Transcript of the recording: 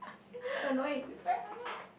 you very annoying you very annoying